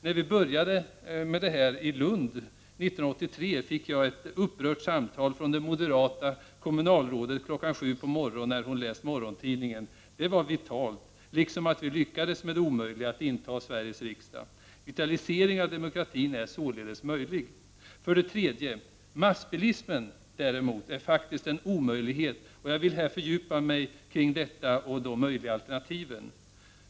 När vi började med detta i Lund 1983 fick jag ett upprört samtal från det moderata kommunalrådet kl. 7.00 på morgonen när hon läst morgontidningen. Detta vårt tillvägagångssätt var vitalt, liksom det var vitalt att vi lyckades med det omöjliga, att inta Sveriges riksdag. Vitalisering av demokratin är således möjlig. 3. Massbilismen däremot är faktiskt en omöjlighet. Jag vill här fördjupa mig i detta och de möjliga alternativen.